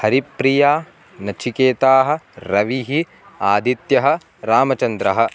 हरिप्रिया नचिकेताः रविः आदित्यः रामचन्द्रः